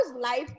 life